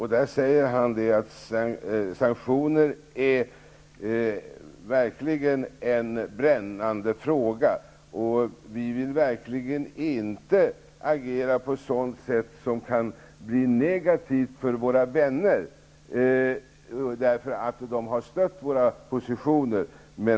Han sade i sitt tal: Sanktioner är verkligen en brännande fråga, och vi vill verkligen inte agera på ett sådant sätt som kan bli negativt för våra vänner, därför att de har stött våra positioner.